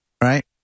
right